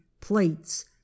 plates